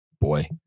Boy